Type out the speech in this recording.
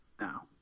now